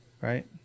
right